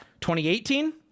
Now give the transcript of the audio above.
2018